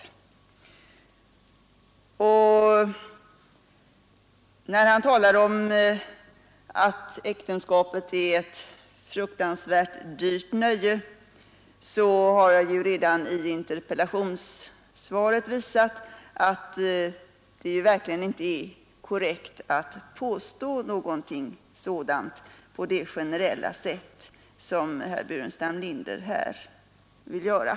Med anledning av herr Burenstam Linders tal om att äktenskapet är ett fruktansvärt dyrt nöje vill jag hänvisa till att jag redan i mitt interpellationssvar visat att det verkligen inte är korrekt att påstå något sådant på det generella sätt som herr Burenstam Linder här vill göra.